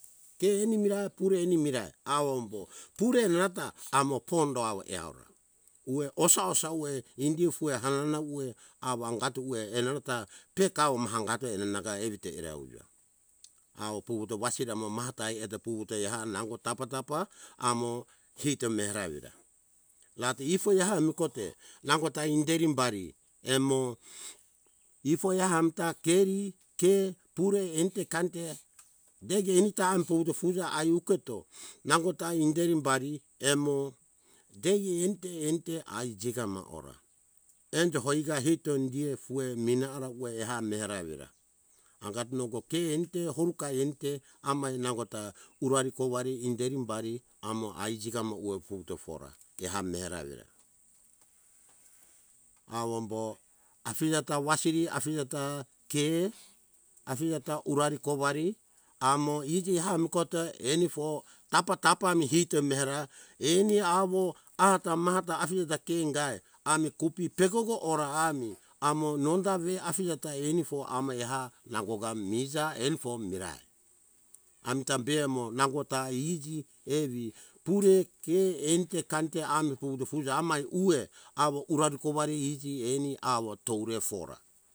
Te funimi rai pure eni mirai awo ombo pure nata amo pondo awo eora uwe osa - osa uwe indi fue hanana uwe awo angato uwe enanata pekawo mahangato enanaga evite era uja awo puvuto wasiri amo mahata ai heto puvuto eha nango tapa - tapa amo hito mera evira rate ifoi ami kote nangota inderi bari emo ifoi amta keri ke pure ente kante degi enita am puvuto fuza ai uketo nangota ai inderi bari emo deige ente ente ai jigama ora enjo hoiga hito die fue mina ara ua eha mera evira angat nongo ki ente horukai ente amai nangota urari kowari inderi bari amo ai jigama uwe fuwuto fora eha mera evira awombo afije ta wasiri afije ta ke afije ta urari kouari amo iji amu kote enifo tapa - tapa mihito mera eni awo ata mata afije ta ke ingai ami kupi pegogo ora ami amo nonda ve afije ta enifo amo eha nangota miza enifo mirai amita be emo nangota iji evi pure ke ente kante ami puvuto fuza amai uwe awo urari kouari iji eni awo toure fora